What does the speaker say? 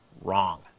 wrong